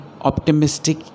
optimistic